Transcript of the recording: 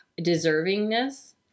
deservingness